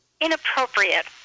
Inappropriate